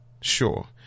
sure